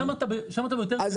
שם יותר קשה לך.